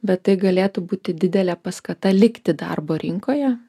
bet tai galėtų būti didelė paskata likti darbo rinkoje